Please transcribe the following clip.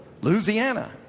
Louisiana